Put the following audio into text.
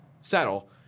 settle